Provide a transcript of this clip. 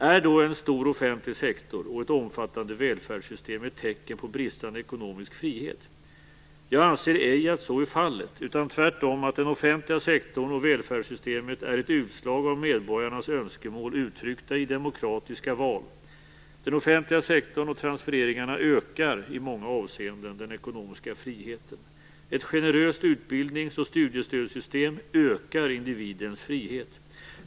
Är då en stor offentlig sektor och ett omfattande välfärdssystem ett tecken på bristande ekonomisk frihet? Jag anser ej att så är fallet, utan tvärtom att den offentliga sektorn och välfärdssystemet är ett utslag av medborgarnas önskemål uttryckta i demokratiska val. Den offentliga sektorn och transfereringarna ökar i många avseenden den ekonomiska friheten. Ett generöst utbildnings och studiestödssystem ökar individens frihet.